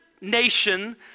nation